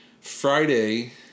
Friday